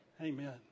Amen